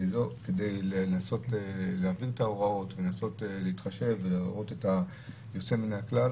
כדי לנסות להבין את ההוראות ולנסות להתחשב ולראות את היוצא מן הכלל.